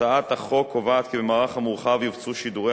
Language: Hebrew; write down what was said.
הצעת החוק קובעת כי במערך המורחב יופצו שידורי